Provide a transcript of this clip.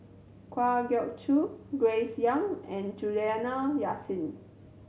Kwa Geok Choo Grace Young and Juliana Yasin